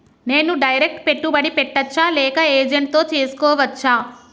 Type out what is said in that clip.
నేను డైరెక్ట్ పెట్టుబడి పెట్టచ్చా లేక ఏజెంట్ తో చేస్కోవచ్చా?